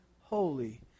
holy